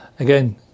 Again